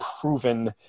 proven